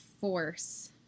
force